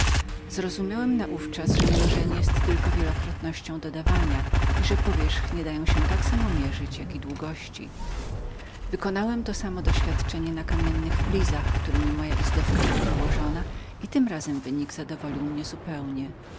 zrozumiałem naówczas że mnożenie było tylko powtarzaniem dodawania i że powierzchnie mogły dać się równo mierzyć jako i długości wykonałem to samo doświadczenie na kamiennych flizach któremi moja izdebka była wyłożoną i tym razem wypadek zadowolił mnie zupełnie